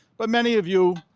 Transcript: but many of you,